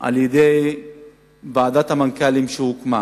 שעל-ידי ועדת המנכ"לים שהוקמה,